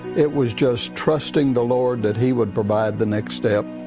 it was just trusting the lord that he would provide the next step.